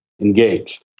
engaged